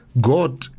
God